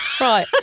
right